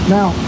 Now